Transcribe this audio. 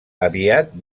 aviat